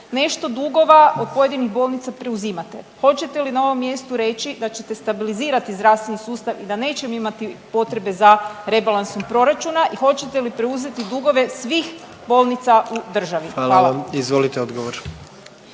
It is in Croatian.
Nešto dugova od pojedinih bolnica preuzimate. Hoćete li na ovom mjestu reći da ćete stabilizirati zdravstveni sustav i da nećemo imati potrebe za rebalansom proračuna i hoćete li preuzeti dugove svih bolnica u državi? Hvala. **Jandroković,